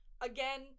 again